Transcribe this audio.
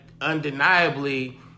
undeniably